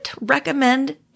recommend